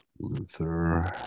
Luther